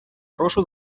прошу